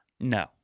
No